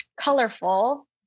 Colorful